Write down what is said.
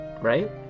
right